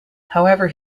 however